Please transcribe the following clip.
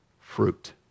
fruit